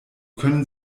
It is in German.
können